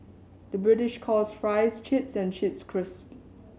the British calls fries chips and chips crisps